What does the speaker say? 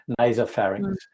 nasopharynx